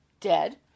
dead